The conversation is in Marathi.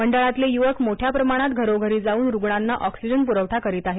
मंडळातले युवक मोठ्या प्रमाणात घरोघरी जाऊन रुग्णांना ऑक्सिजन प्रवठा करीत आहेत